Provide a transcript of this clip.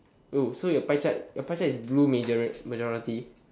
oh so your pie chart your pie chart is blue majori~ majority